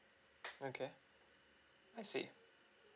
okay I see